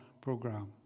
program